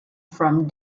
from